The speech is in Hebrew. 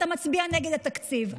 אתה מצביע נגד התקציב.